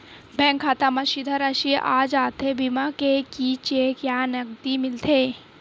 Bank खाता मा सीधा राशि आ जाथे बीमा के कि चेक या नकदी मिलथे?